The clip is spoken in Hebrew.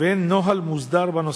ואין נוהל מוסדר בנושא.